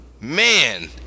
man